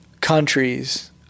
countries